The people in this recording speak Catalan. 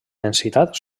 densitat